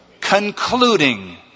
Concluding